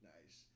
Nice